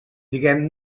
diguem